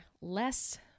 less